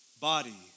body